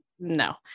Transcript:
no